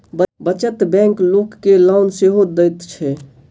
बचत बैंक लोक के लोन सेहो दैत छै